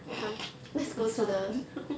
the sound